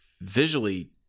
visually